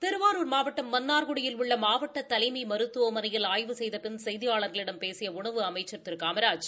திருவாரூர் மாவட்டம் மன்னார்குடியில் உள்ள மாவட்ட தலைமை மருத்துவமனையில் ஆய்வு செய்த பின் செய்தியாளர்களிடம் பேசிய உணவு அமைச்ச் திரு காமராஜ்